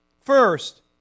First